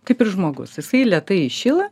kaip ir žmogus jisai lėtai įšyla